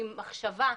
עם מחשבה,